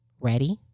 ready